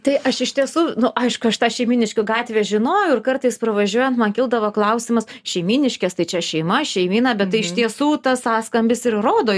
tai aš iš tiesų nu aišku aš tą šeimyniškių gatvę žinojau ir kartais pravažiuojan man kildavo klausimas šeimyniškės tai čia šeima šeimyna bet tai iš tiesų tas sąskambis ir rodo